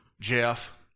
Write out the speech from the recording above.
Jeff